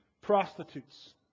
prostitutes